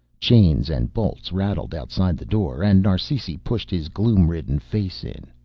chains and bolts rattled outside the door and narsisi pushed his gloom-ridden face in.